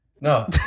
No